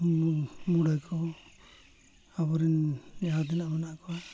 ᱢᱩᱰᱟᱹ ᱠᱚ ᱟᱵᱚ ᱨᱮᱱ ᱡᱟᱦᱟᱸ ᱛᱤᱱᱟᱹᱜ ᱢᱮᱱᱟᱜ ᱠᱚᱣᱟ